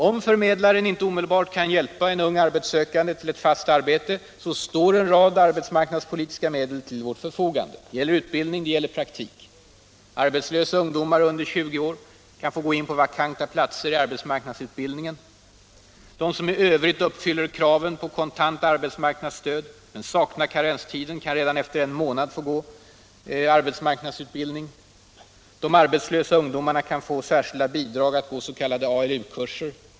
Om förmedlaren inte omedelbart kan hjälpa en ung arbetssökande till ett fast arbete står en rad arbetsmarknadspolitiska medel till förfogande. Det gäller utbildning eller praktik. Arbetslösa ungdomar under 20 år kan få gå in på vakanta platser i arbetsmarknadsutbildningen. De som i övrigt uppfyller kraven för kontant arbetsmarknadsstöd men saknar karenstiden, kan redan efter en månad få delta i arbetsmarknadsutbildning. De arbetslösa ungdomarna kan få särskilda bidrag för s.k. ALU-kurser.